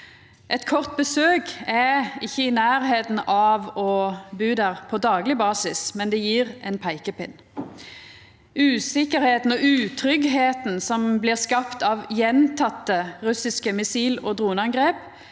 Eit kort besøk er ikkje i nærleiken av å bu der til dagleg, men det gjev ein peikepinn. Usikkerheita og utryggleiken som blir skapt av gjentekne russiske missil- og droneangrep,